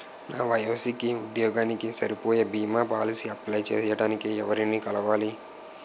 నా వయసుకి, ఉద్యోగానికి సరిపోయే భీమా పోలసీ అప్లయ్ చేయటానికి ఎవరిని కలవాలి?